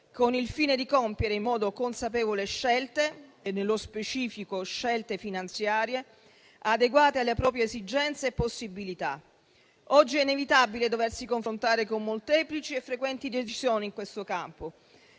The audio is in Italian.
con il fine di compiere in modo consapevole scelte - e, nello specifico, scelte finanziarie - adeguate alle proprie esigenze e possibilità. Oggi è inevitabile doversi confrontare con molteplici e frequenti decisioni in questo campo,